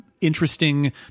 interesting